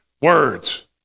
words